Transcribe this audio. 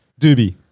Doobie